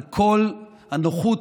על כל הנוחות